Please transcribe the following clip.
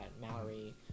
Mallory